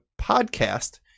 podcast